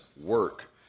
work